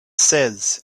says